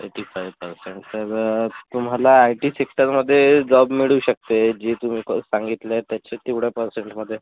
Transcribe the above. eighty five percent तर तुम्हाला I T सेक्टरमदे जॉब मिळू शकते जे तुम्ही सांगितलं आहे त्याचं तेवढ्या परसेंटमध्ये